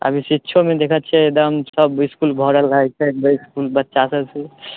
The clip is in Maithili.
अभी शिक्षोमे देखै छिए एकदम सब इसकुल भरल रहै छै इसकुल बच्चा सबसँ